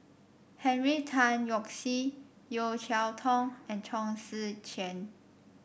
Henry Tan Yoke See Yeo Cheow Tong and Chong Tze Chien